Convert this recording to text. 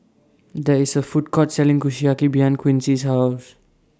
There IS A Food Court Selling Kushiyaki behind Quincy's House